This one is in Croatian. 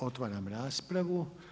Otvaram raspravu.